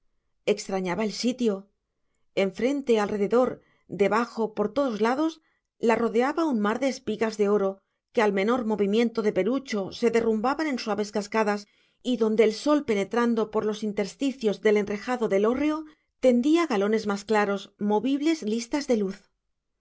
extrañaba el sitio enfrente alrededor debajo por todos lados la rodeaba un mar de espigas de oro que al menor movimiento de perucho se derrumbaban en suaves cascadas y donde el sol penetrando por los intersticios del enrejado del hórreo tendía galones más claros movibles listas de luz